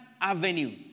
avenue